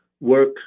work